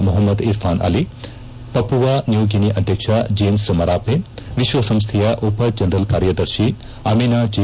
Mohammed Irfaan Ali Papua New Guinea ಅಧ್ಯಕ್ಷ James Marape ವಿಶ್ವ ಸಂಸ್ಥೆಯ ಉಪ ಜನರಲ್ ಕಾರ್ಯದರ್ಶಿ ಅಮಿನಾ ಜೆ